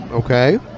Okay